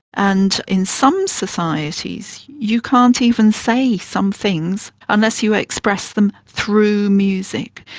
and in some societies you can't even say some things unless you express them through music.